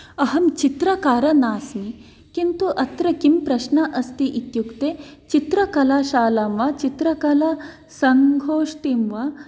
अहं चित्रकारः नास्मि किन्तु अत्र किम् प्रश्नः अस्ति इत्युक्ते चित्रकलाशालां वा चित्रकलासंगोष्ठीं वा